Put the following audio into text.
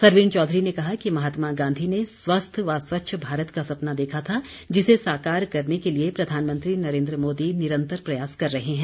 सरवीण चौधरी ने कहा कि महात्मा गांधी ने स्वस्थ व स्वच्छ भारत का सपना देखा था जिसे साकार करने के लिए प्रधानमंत्री नरेन्द्र मोदी निरंतर प्रयास कर रहे हैं